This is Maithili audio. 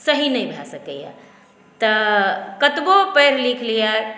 सही नहि भए सकैए तऽ कतबो पढ़ि लिख लियै